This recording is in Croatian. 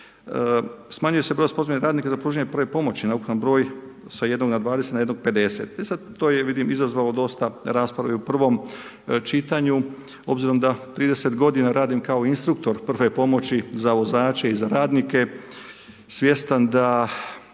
Smanjuje se broj sposobnih radnika za pružanje prve pomoći na ukupan broj sa jednog na 20, na jednog 50. E sad, to je vidim izazvalo dosta rasprave u prvom čitanju obzirom da 30 godina radim kao instruktor prve pomoći za vozače i za radnike, svjestan da